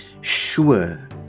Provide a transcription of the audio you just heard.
sure